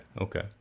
okay